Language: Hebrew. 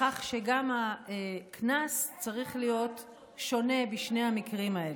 בכך שגם הקנס צריך להיות שונה בשני המקרים האלה,